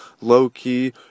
low-key